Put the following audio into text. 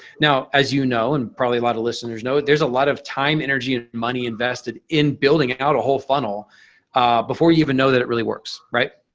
now, as you know and probably a lot of listeners know there's a lot of time, energy and money invested in building out a whole funnel before you even know that it really works, right?